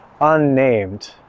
unnamed